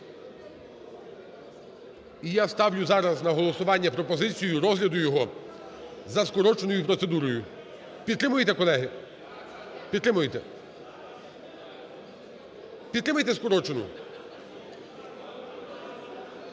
І я ставлю зараз на голосування пропозицію розгляду його за скороченою процедурою. Підтримуєте, колеги? Підтримуєте. Підтримаєте, скорочену?